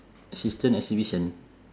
assistant exhibition